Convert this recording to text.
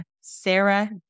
Sarah